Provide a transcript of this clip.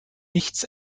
nichts